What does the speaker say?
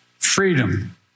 freedom